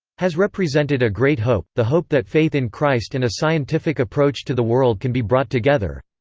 has represented a great hope, the hope that faith in christ and a scientific approach to the world can be brought together.